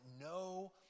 no